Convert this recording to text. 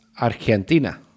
argentina